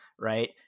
right